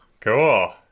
cool